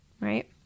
right